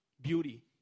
beauty